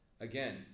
Again